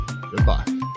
Goodbye